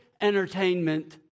entertainment